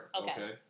Okay